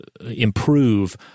improve